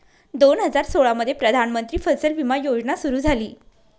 दोन हजार सोळामध्ये प्रधानमंत्री फसल विमा योजना सुरू झाली